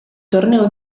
torneo